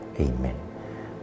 Amen